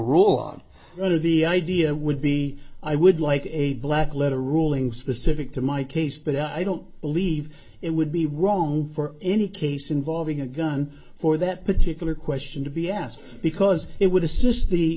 out of the idea would be i would like a black letter ruling specific to my case but i don't believe it would be wrong for any case involving a gun for that particular question to be asked because it would assist the